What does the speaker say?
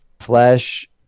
Flesh